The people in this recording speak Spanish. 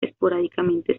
esporádicamente